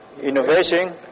innovation